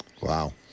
Wow